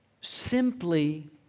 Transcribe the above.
simply